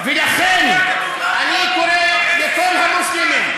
תנמיכו את הווליום.